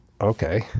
okay